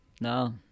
No